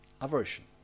Aversion